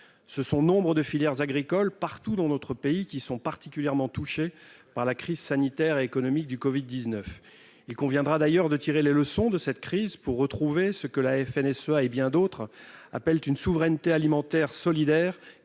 Nombre de filières agricoles, partout dans notre pays, sont particulièrement touchées par la crise sanitaire et économique du Covid-19. Il conviendra d'ailleurs de tirer les leçons de cette crise pour retrouver ce que la FNSEA et bien d'autres appellent une souveraineté alimentaire solidaire,